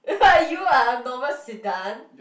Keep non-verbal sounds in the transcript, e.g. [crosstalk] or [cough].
[laughs] you are a normal sedan